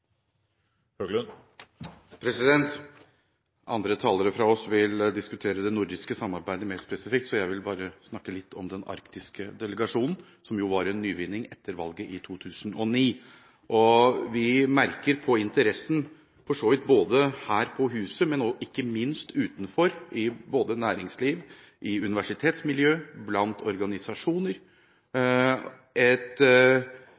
Andre talere fra Fremskrittspartiet vil diskutere det nordiske samarbeidet mer spesifikt, så jeg vil bare snakke litt om den arktiske delegasjonen, som jo var en nyvinning etter valget i 2009. Vi merker på interessen både her på huset og ikke minst utenfor – i næringsliv, i universitetsmiljø, blant organisasjoner